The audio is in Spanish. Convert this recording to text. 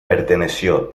perteneció